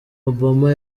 obama